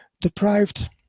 deprived